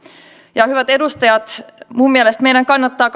ja hyvät edustajat minun mielestäni meidän kannattaa